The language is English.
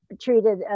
treated